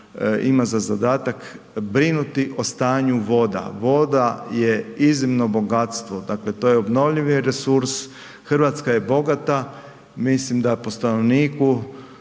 ima za zadatak brinuti o stanju voda, voda je iznimno bogatstvo, dakle to je obnovljivi resurs, Hrvatska je bogata, mislim da po stanovniku